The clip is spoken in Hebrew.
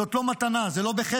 זאת לא מתנה, זה לא בחסד,